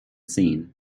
seen